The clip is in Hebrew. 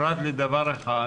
פרט לדבר אחד